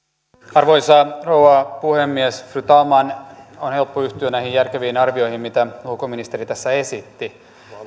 arvoisa rouva puhemies fru talman on helppo yhtyä näihin järkeviin arvioihin mitä ulkoministeri tässä esitti